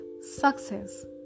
success